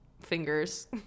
fingers